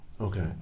Okay